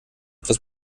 etwas